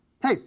Hey